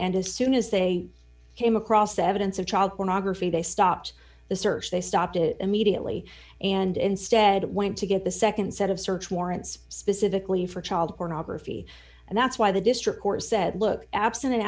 and as soon as they came across evidence of child pornography they stopped the search they stopped it immediately and instead went to get the nd set of search warrants specifically for child pornography and that's why the district court said look abs